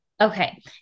Okay